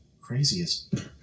craziest